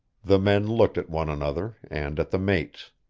the men looked at one another, and at the mates.